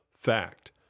fact